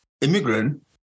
immigrant